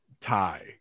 tie